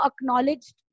acknowledged